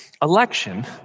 Election